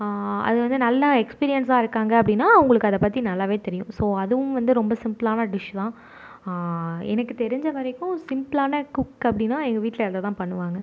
அது வந்து நல்லா எக்ஸ்பீரியன்ஸாக இருக்காங்க அப்படினா அவங்களுக்கு அதை பற்றி நல்லாவே தெரியும் ஸோ அதுவும் வந்து ரொம்ப சிம்பிளான டிஷ் தான் எனக்கு தெரிஞ்ச வரைக்கும் சிம்பிளான குக் அப்படின்னா எங்கள் வீட்டில் அதைதான் பண்ணுவாங்க